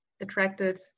attracted